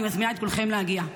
אני מזמינה את כולכם להגיע.